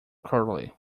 cordially